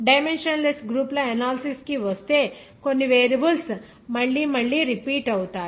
dimensionless గ్రూపుల analysis కి వస్తే కొన్ని వేరియబుల్స్ మళ్లీ మళ్లీ రిపీట్ అవుతాయి